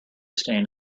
staying